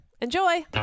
Enjoy